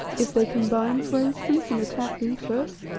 if they combine, for instance, and attack thee first?